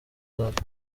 that